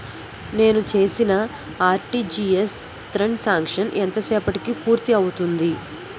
నేను చేసిన RTGS transaction ఎంత సేపటికి పూర్తి అవుతుంది?